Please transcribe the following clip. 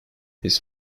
his